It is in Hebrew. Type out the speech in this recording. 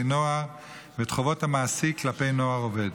נוער ואת חובות המעסיק כלפי נוער עובד,